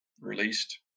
released